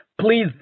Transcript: please